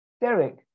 Derek